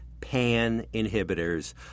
pan-inhibitors